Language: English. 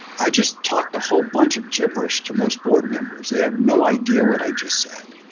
i just talked a whole bunch of gibberish to most board members. they have no idea what i just said.